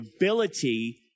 ability